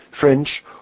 French